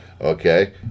Okay